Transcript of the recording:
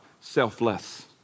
Selfless